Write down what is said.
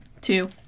two